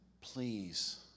please